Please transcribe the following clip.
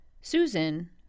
Susan